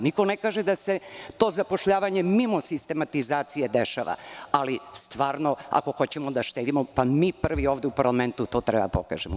Niko ne kaže da se to zapošljavanje mimo sistematizacije dešava, ali stvarno, ako hoćemo da štedimo, mi prvi ovde u parlamentu to treba da pokažemo.